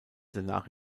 danach